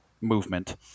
movement